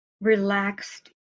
relaxed